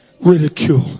ridicule